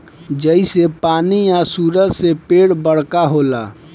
जइसे पानी आ सूरज से पेड़ बरका होला